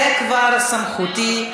זה כבר בסמכותי,